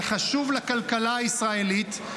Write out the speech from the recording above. זה חשוב לכלכלה הישראלית.